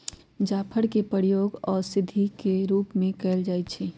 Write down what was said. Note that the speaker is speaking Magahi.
जाफर के प्रयोग आयुर्वेदिक औषधि के रूप में कएल जाइ छइ